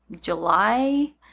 July